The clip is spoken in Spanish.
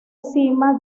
sima